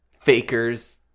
fakers